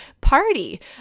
party